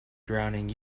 drowning